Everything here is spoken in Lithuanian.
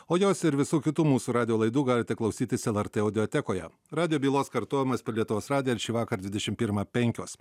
o jos ir visų kitų mūsų radijo laidų galite klausytis lrt audiotekoje radijo bylos kartojimas per lietuvos radiją šįvakar dvidešimt pirmą penkios